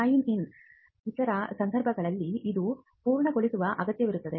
sign in ಇತರ ಸಂದರ್ಭಗಳಲ್ಲಿ ಇದು ಪೂರ್ಣಗೊಳ್ಳುವ ಅಗತ್ಯವಿರುತ್ತದೆ